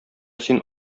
син